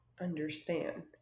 understand